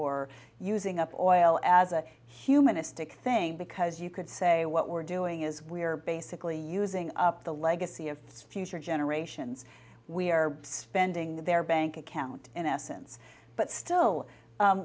or using up oil as a humanistic thing because you could say what we're doing is we're basically using up the legacy of future generations we're spending their bank account in essence but